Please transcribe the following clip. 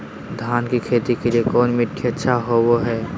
धान की खेती के लिए कौन मिट्टी अच्छा होबो है?